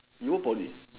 you go Poly